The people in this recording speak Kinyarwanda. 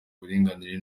uburinganire